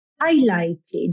highlighted